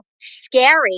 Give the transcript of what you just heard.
scary